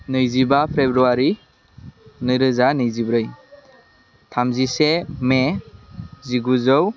नैजिबा फ्रेब्रुवारि नैरोजा नैजिब्रै थामजिसे मे जिगुजौ